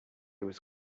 was